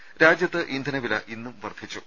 രുര രാജ്യത്ത് ഇന്ധനവില ഇന്നും വർദ്ധിച്ചു